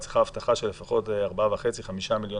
את צריכה הבטחה של לפחות 4.5 מיליון